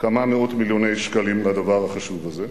כמה מאות מיליוני שקלים לדבר החשוב הזה,